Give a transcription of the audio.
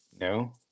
No